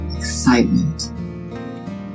excitement